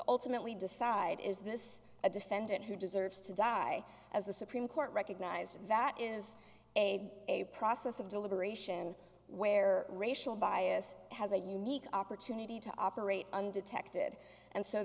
ultimately decide is this a defendant who deserves to die as the supreme court recognized that is a process of deliberation where racial bias has a unique opportunity to operate undetected and so